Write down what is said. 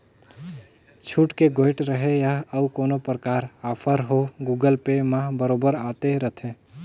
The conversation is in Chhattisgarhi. छुट के गोयठ रहें या अउ कोनो परकार आफर हो गुगल पे म बरोबर आते रथे